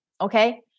okay